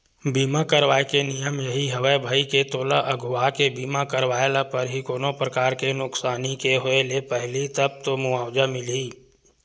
बीमा करवाय के नियम यही हवय भई के तोला अघुवाके बीमा करवाय ल परही कोनो परकार के नुकसानी के होय ले पहिली तब तो मुवाजा मिलही